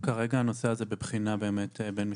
כרגע הנושא בבחינה באמת בין-משרדית,